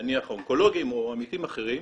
נניח האונקולוגים או עמיתים אחרים,